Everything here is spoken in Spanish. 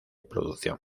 producción